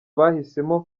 bahisemo